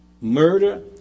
murder